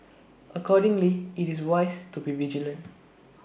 accordingly IT is wise to be vigilant